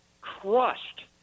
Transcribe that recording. crushed